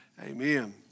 amen